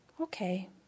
Okay